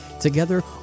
Together